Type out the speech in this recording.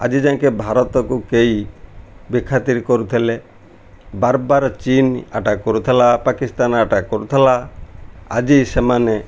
ଆଜିଯାକେଁ ଭାରତକୁ କେହି ବେଖାତିର୍ କରୁଥିଲେ ବାର୍ ବାର୍ ଚୀନ ଆଟାକ୍ କରୁଥିଲା ପାକିସ୍ତାନ ଆଟାକ୍ କରୁଥିଲା ଆଜି ସେମାନେ